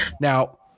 now